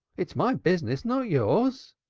it's my business, not yours.